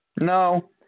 No